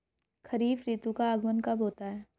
खरीफ ऋतु का आगमन कब होता है?